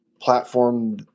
platform